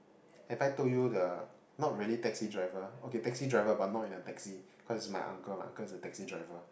have I told the not really taxi driver okay taxi driver but not in a taxi cause it's my uncle my uncle is a taxi driver